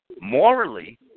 morally